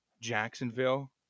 Jacksonville